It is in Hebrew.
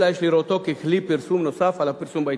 אלא יש לראותם ככלי פרסום נוסף על הפרסום בעיתונות.